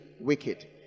wicked